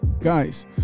Guys